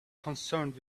concerned